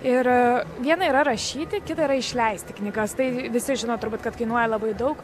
ir viena yra rašyti kita yra išleisti knygas tai visi žino turbūt kad kainuoja labai daug